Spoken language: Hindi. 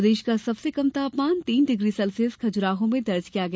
प्रदेश का सबसे कम तापमान तीन डिग्री सेल्सियस खजुराहो में दर्ज किया गया